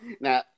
Now